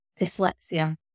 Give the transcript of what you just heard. dyslexia